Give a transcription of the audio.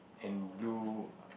and blue